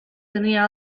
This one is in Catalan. tenia